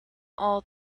all